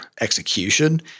execution